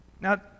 Now